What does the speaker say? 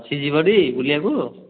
ସିଏ ଯିବଟି ବୁଲିବାକୁ